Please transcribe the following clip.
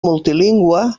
multilingüe